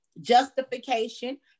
justification